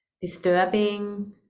disturbing